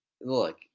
look